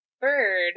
bird